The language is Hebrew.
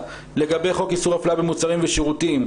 לגבי חוק איסור אפליה במוצרים ושירותים,